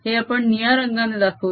हे आपण निळ्या रंगाने दाखवू या